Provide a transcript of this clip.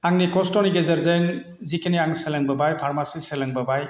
आंनि खस्थ'नि गेजेरजों जिखिनि आं सोलोंबोबाय फार्मासिस सोलोंबोबाय